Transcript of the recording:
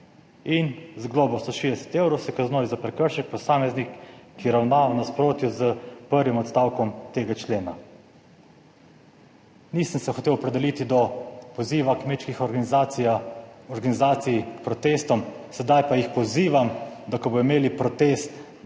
In z globo 160 evrov se kaznuje za prekršek posameznik, ki ravna v nasprotju s prvim odstavkom tega člena. Nisem se hotel opredeliti do poziva kmečkih organizacij, organizacij k protestom. Sedaj pa jih pozivam, da ko bodo imeli protest,